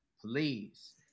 Please